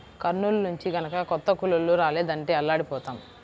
కర్నూలు నుంచి గనక కొత్త కూలోళ్ళు రాలేదంటే అల్లాడిపోతాం